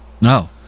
No